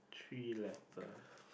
three letter